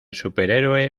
superhéroe